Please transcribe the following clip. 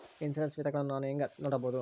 Insurance ವಿಧಗಳನ್ನ ನಾನು ಹೆಂಗ ನೋಡಬಹುದು?